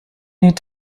need